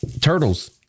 Turtles